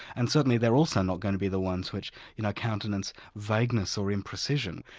and certainly they're also not going to be the ones which you know countenance vagueness or imprecision,